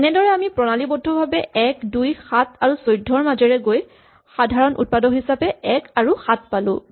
এনেদৰে আমি প্ৰণালীবদ্ধভাৱে ১ ২ ৭ আৰু ১৪ ৰ মাজেৰে গৈ সাধাৰণ উৎপাদক হিচাপে ১ আৰু ৭ পালো